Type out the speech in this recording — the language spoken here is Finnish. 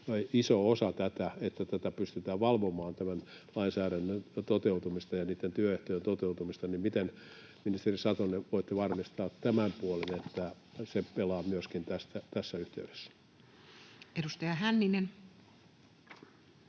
iso osa sitä, että tämän lainsäädännön toteutumista pystytään valvomaan ja niitten työehtojen toteutumista. Miten, ministeri Satonen, voitte varmistaa tämän puolen, että se pelaa myöskin tässä yhteydessä? Edustaja Hänninen.